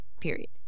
period